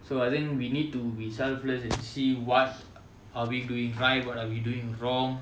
so I think we need to be selfless and see what are we doing right what are we doing wrong